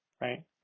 right